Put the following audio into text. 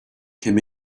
came